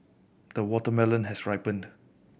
the watermelon has ripened